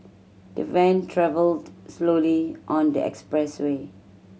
the van travelled slowly on the expressway